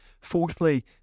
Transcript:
Fourthly